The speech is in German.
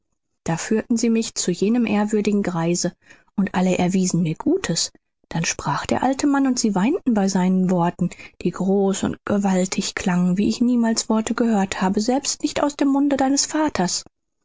da führten sie mich zu jenem ehrwürdigen greise und alle erwiesen mir gutes dann sprach der alte mann und sie weinten bei seinen worten die groß und gewaltig klangen wie ich niemals worte gehört habe selbst nicht aus dem munde deines vaters